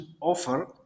offer